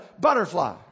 butterfly